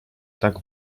tak